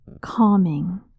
calming